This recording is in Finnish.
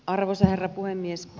arvoisa herra puhemies